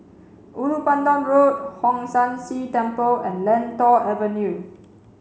Ulu Pandan Road Hong San See Temple and Lentor Avenue